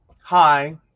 Hi